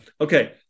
Okay